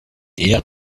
eher